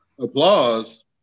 Applause